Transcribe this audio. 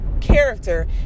character